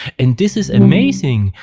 and this is amazing.